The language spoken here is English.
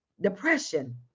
depression